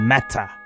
Matter